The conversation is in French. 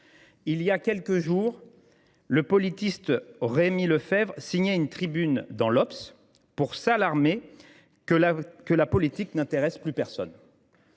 Il y a quelques jours, le politiste Rémi Lefebvre signait une tribune dans où il s’alarmait que « la politique n’intéresse plus personne